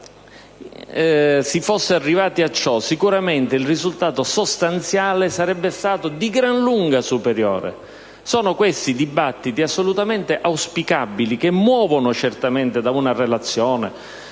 Se si fosse arrivati a ciò, sicuramente il risultato sostanziale sarebbe stato di gran lunga superiore. Sono questi i dibattiti assolutamente auspicabili, che muovono certamente da una relazione,